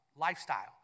lifestyle